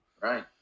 right